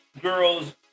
girl's